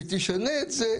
ותשנה את זה,